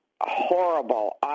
horrible